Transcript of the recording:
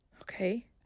Okay